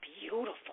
beautiful